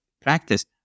practice